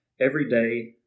everyday